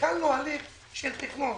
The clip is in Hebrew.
התחלנו הליך של תכנון,